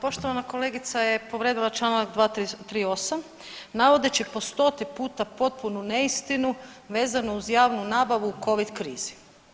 Poštovana kolegica je povrijedila članak 238. navodeći po stoti puta potpunu neistinu vezanu uz javnu nabavu u Covid krizi.